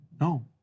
No